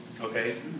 Okay